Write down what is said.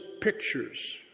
pictures